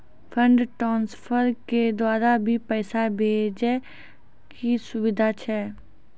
Fund transfer के द्वारा भी पैसा भेजै के सुविधा छै?